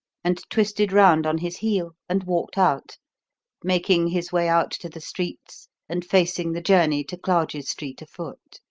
and twisted round on his heel and walked out making his way out to the streets and facing the journey to clarges street afoot.